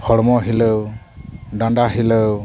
ᱦᱚᱲᱢᱚ ᱦᱤᱞᱟᱹᱣ ᱰᱟᱸᱰᱟ ᱦᱤᱞᱟᱹᱣ